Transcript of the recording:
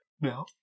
No